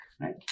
right